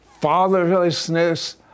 fatherlessness